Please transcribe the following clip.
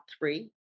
three